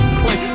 play